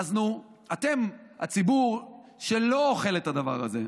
אז נו, אתם הציבור שלא אוכל את הדבר הזה.